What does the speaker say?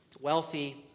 wealthy